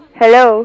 hello